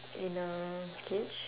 in a cage